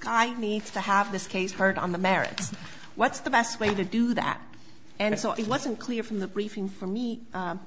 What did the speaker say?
guy needs to have this case heard on the merits what's the best way to do that and so it wasn't clear from the briefing for me